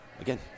again